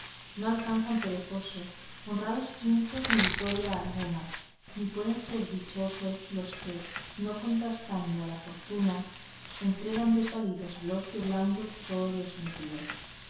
no alcanzan perezosos honrados triunfos ni vitoria alguna ni pueden ser dichosos los que no contrastando a la fortuna entregan desvalidos al ocio blando todos los sentidos